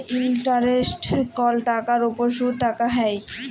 যে ইলটারেস্ট কল টাকার উপর সুদ কাটা হ্যয়